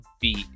beat